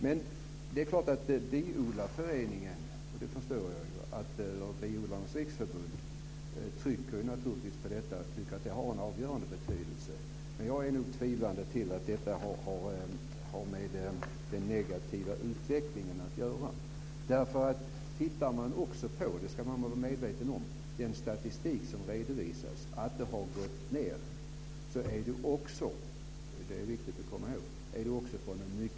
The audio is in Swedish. Men det är klart att Biodlarföreningen och Biodlarnas riksförbund naturligtvis trycker på detta och tycker att det har en avgörande betydelse. Men jag är nog tvivlande till att detta har med den negativa utvecklingen att göra. Det är viktigt att komma ihåg att om man också tittar på den statistik som redovisar att detta har minskat så har det skett från en mycket hög nivå av biproduktionen i vårt land.